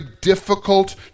difficult